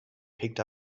picked